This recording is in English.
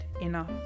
enough